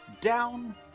down